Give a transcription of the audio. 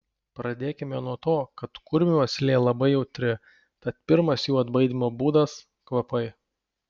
pradėkime nuo to kad kurmių uoslė labai jautri tad pirmas jų atbaidymo būdas kvapai